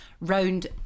round